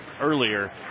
earlier